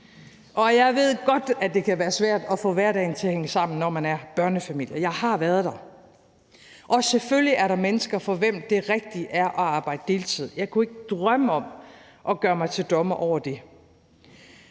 Jeg ved godt, at det kan være svært at få hverdagen til at hænge sammen, når man er børnefamilie – jeg har været der. Selvfølgelig er der mennesker, for hvem det rigtige er at arbejde deltid. Jeg kunne ikke drømme om at gøre mig til dommer over det.